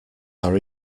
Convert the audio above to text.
are